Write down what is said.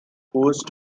whose